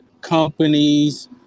companies